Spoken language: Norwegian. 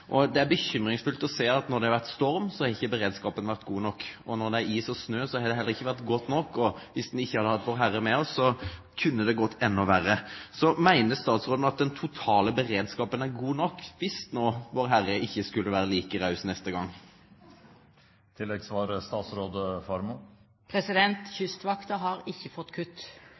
Det er bekymringsfullt å se at når det har vært storm, har ikke beredskapen vært god nok. Når det er is og snø, har det heller ikke vært godt nok, og hvis vi ikke hadde hatt Vårherre med oss, kunne det gått enda verre. Mener statsråden at den totale beredskapen er god nok, hvis nå Vårherre ikke skulle være like raus neste gang? Kystvakten har ikke fått kutt,